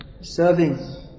serving